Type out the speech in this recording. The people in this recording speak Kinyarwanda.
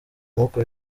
amaboko